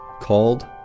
called